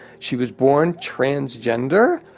she was born transgender,